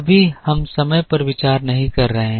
अभी हम समय पर विचार नहीं कर रहे हैं